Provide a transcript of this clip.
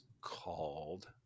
called